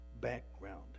background